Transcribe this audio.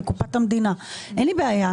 כימתו אותה במיליארדים בצמיחה וכו',